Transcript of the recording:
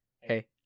hey